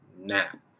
nap